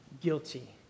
guilty